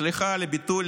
סליחה על הביטוי,